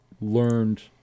learned